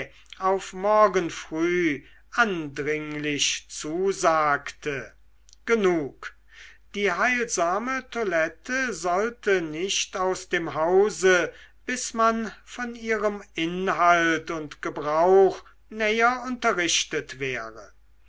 auf morgen früh andringlich zusagte genug die heilsame toilette sollte nicht aus dem hause bis man von ihrem inhalt und gebrauch näher unterrichtet wäre